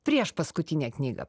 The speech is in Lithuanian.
prieš paskutinė knyga